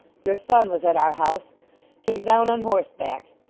your son was at our house came down on horseback.